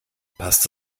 passt